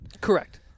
Correct